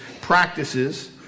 practices